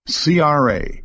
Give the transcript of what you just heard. CRA